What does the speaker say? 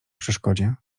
przeszkodzie